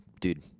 dude